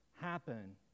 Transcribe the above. happen